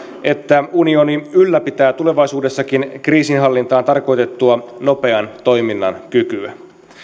että unioni ylläpitää tulevaisuudessakin kriisinhallintaan tarkoitettua nopean toiminnan kykyä